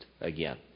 again